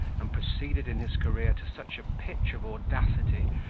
and proceeded in his career to such a pitch of audacity,